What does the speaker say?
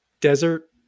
desert